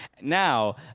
Now